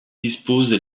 dispose